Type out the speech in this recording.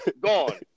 gone